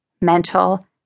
mental